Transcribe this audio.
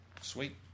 sweet